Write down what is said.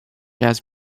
jazz